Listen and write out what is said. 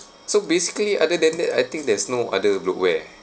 so basically other than that I think there's no other bloatware